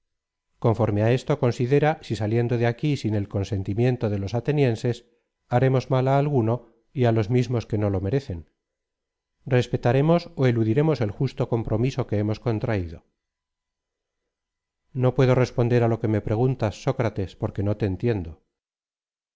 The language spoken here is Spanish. conforme á esto considera si saliendo de aquí sin el consentimiento de los atenienses haremos mal á alguno y á los mismos que no lo merecen respetaremos ó eludiremos el justo compromiso que hemos contraído o puedo responder á lo que me preguntas sócrates porque no te entiendo